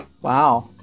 Wow